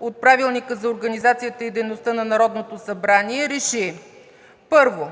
от Правилника за организацията и дейността на Народното събрание РЕШИ: 1.